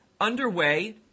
underway